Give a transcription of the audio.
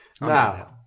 Now